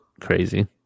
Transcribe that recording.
Crazy